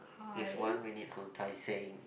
it's one minute from Tai seng